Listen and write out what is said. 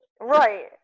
right